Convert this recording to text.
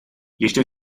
ještě